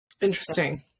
Interesting